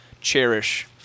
cherish